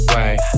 Wait